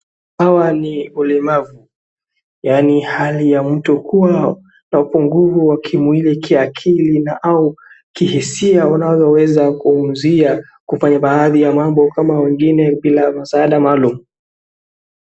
Hawa ni walemavu, yaani hali ya mtu kuwa na upungufu wa mwili, kiakili na au kihisia unavyoweza kuwazuia kufanya baadhi ya mambo kama wengine bila msaada maalum.